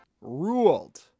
ruled